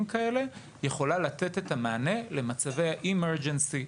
כאלה יכולה לתת את המענה למצבי ה-Emergency,